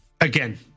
again